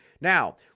Now